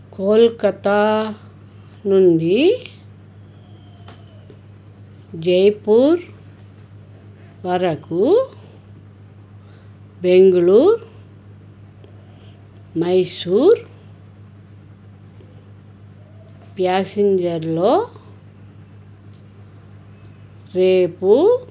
కోల్కత్తా నుండి జైపూర్ వరకు బెంగుళూర మైసూర్ ప్యాసింజర్లో రేపు